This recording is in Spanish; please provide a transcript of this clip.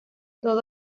todo